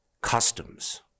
customs